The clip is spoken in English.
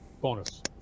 bonus